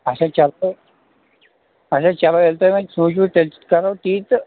اچھا چلو اچھا چلو ییٚلہِ تۄہہِ وۄنۍ سوٗنچوُ تیٚلہِ کرو تی تہٕ